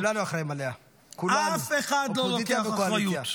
כולנו אחראים לה -- אף אחד לא לוקח אחריות.